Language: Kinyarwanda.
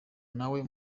nawe